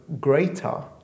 greater